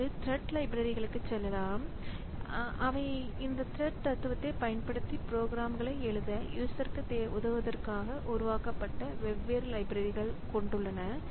இப்பொழுது த்ரெட் லைப்ரரிகளுக்குச் செல்லலாம் அவை இந்த த்ரெட் தத்துவத்தைப் பயன்படுத்தி புரோகிராம்களை எழுத யூசருக்கு உதவுவதற்காக உருவாக்கப்பட்ட வெவ்வேறு லைப்ரரி உள்ளன